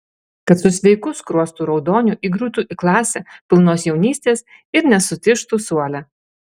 kad su sveiku skruostų raudoniu įgriūtų į klasę pilnos jaunystės ir nesutižtų suole